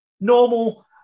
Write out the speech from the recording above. normal